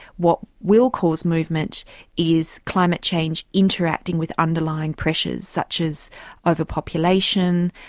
what will cause movement is climate change interacting with underlying pressures, such as overpopulation,